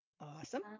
Awesome